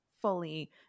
fully